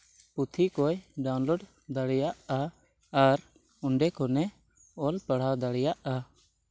ᱯᱩᱛᱷᱤ ᱠᱚᱭ ᱰᱟᱣᱩᱱᱞᱳᱰ ᱫᱟᱲᱮᱭᱟᱜᱼᱟ ᱟᱨ ᱚᱸᱰᱮ ᱠᱷᱚᱱᱮ ᱚᱞᱼᱯᱟᱲᱦᱟᱣ ᱫᱟᱲᱭᱟᱜᱼᱟ